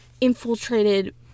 infiltrated